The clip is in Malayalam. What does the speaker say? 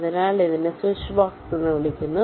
അതിനാൽ ഇതിനെ സ്വിച്ച്ബോക്സ് എന്ന് വിളിക്കുന്നു